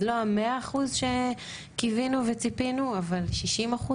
אז לא המאה אחוז שקיווינו וציפינו אבל 60%,